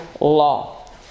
law